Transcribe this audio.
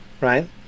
right